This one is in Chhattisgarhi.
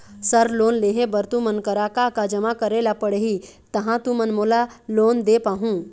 सर लोन लेहे बर तुमन करा का का जमा करें ला पड़ही तहाँ तुमन मोला लोन दे पाहुं?